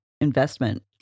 investment